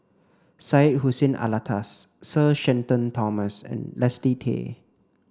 Syed Hussein Alatas Sir Shenton Thomas and Leslie Tay